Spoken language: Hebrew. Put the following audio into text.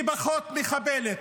"פחות מחבלת".